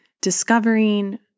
discovering